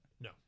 No